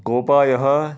गोपालनं